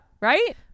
Right